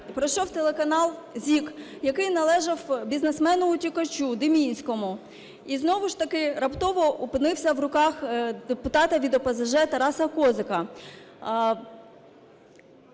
пройшов телеканал ZIK, який належав бізнесмену-утікачу Димінському і знову ж таки раптово опинився в руках депутата від ОПЗЖ Тараса Козака.